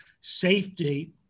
safety